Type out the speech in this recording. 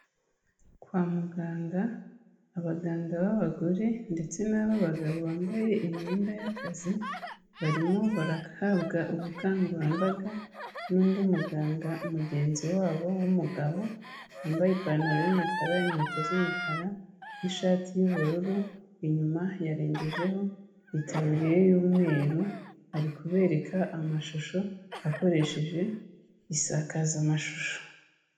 Kwa muganga abaganga b'abagore ndetse n'ab'abagabo bambaye imyenda y'akazi, barimo barahabwa ubukangurambaga n'undi muganga mugenzi wabo w'umugabo, wambaye ipantaro y'umukara, inkweto z'umukara n'ishati y'ubururu, inyuma yarengejeho itaburiya y'umweru, ari kubereka amashusho akoresheje isakazamashusho.